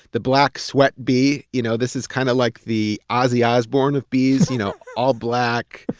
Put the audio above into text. the black sweat bee, you know this is kind of like the ozzy osbourne of bees you know all black,